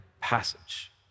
passage